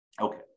Okay